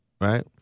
Right